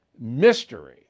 Mystery